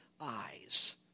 eyes